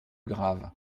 grave